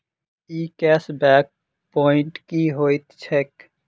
ई cashback point की होइत छैक?